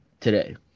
today